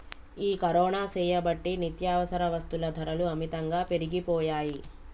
ఈ కరోనా సేయబట్టి నిత్యావసర వస్తుల ధరలు అమితంగా పెరిగిపోయాయి